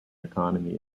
economy